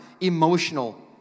emotional